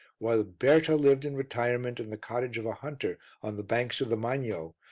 while berta lived in retirement in the cottage of a hunter on the banks of the magno,